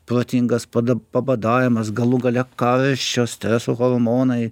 protingas pada pabadavimas galų gale karščio streso hormonai